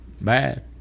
bad